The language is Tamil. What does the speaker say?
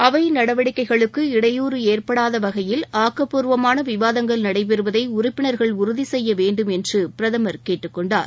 அவைநடவடிக்கைகளுக்கு இடையூற ஏற்படாதவகையில் ஆக்கப்பூர்வமானவிவாதங்கள் நடைபெறுவதைஉறுப்பினர்கள் உறுதிசெய்யவேண்டும் என்றுபிரதமர் கேட்டுக் கொண்டார்